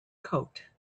coat